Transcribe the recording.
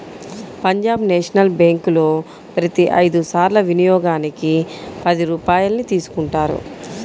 Punjab national బ్యేంకులో ప్రతి ఐదు సార్ల వినియోగానికి పది రూపాయల్ని తీసుకుంటారు